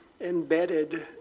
embedded